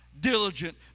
diligent